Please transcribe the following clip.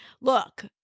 look